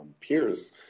peers